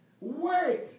wait